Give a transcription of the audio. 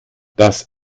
das